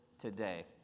today